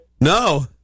No